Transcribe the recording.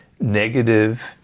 negative